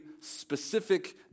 specific